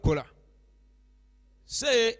Say